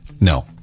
No